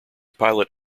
pilot